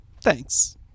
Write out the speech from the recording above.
Thanks